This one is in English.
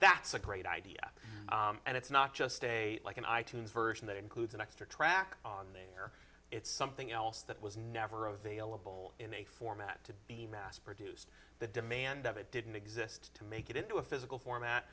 that's a great idea and it's not just a like an i tunes version that includes an extra track on there it's something else that was never available in a format to be mass produced the demand of it didn't exist to make it into a physical format